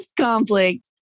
conflict